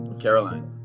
Caroline